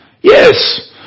Yes